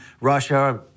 Russia